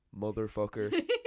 Motherfucker